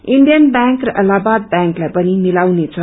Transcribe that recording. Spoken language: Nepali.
इण्डियन ब्यांक र इलाहाबाद ब्यांकलाई पनि मिलाउने छ